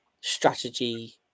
strategy